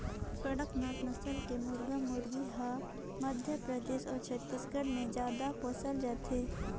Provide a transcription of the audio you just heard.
कड़कनाथ नसल के मुरगा मुरगी हर मध्य परदेस अउ छत्तीसगढ़ में जादा पोसल जाथे